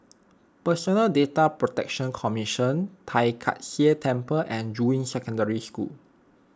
Personal Data Protection Commission Tai Kak Seah Temple and Juying Secondary School